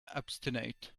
obstinate